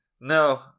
No